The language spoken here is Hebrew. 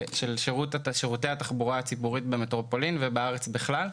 שירותי התחבורה הציבורית במטרופולין ובארץ בכלל.